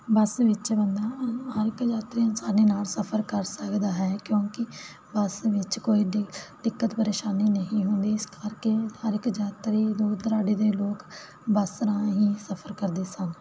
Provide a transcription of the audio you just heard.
ਬੱਸ ਵਿੱਚ ਬੰਦਾ ਹਰ ਇਕ ਯਾਤਰੀ ਆਸਾਨੀ ਨਾਲ ਸਫ਼ਰ ਕਰ ਸਕਦਾ ਹੈ ਕਿਉਂਕਿ ਬੱਸ ਵਿੱਚ ਕੋਈ ਵੀ ਦਿੱਕਤ ਪਰੇਸ਼ਾਨੀ ਨਹੀਂ ਹੁੰਦੀ ਇਸ ਕਰਕੇ ਹਰ ਇੱਕ ਯਾਤਰੀ ਦੂਰ ਦੁਰਾਡੇ ਦੇ ਲੋਕ ਬੱਸ ਰਾਹੀਂ ਸਫ਼ਰ ਕਰਦੇ ਸਨ